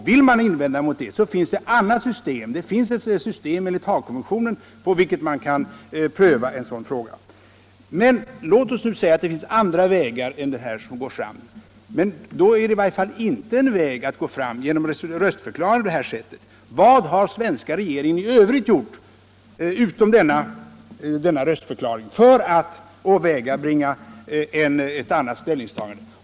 Vill man göra invändningar i detta sammanhang så finns det ett system enligt Haagkonventionen för att pröva en sådan här fråga. Låt oss nu säga att det finns andra vägar att gå fram. En sådan väg är då i varje fall inte att avge en röstförklaring på det här sättet. Vad har svenska regeringen i övrigt gjort — utom denna röstförklaring — för att åvägabringa ett annat ställningstagande?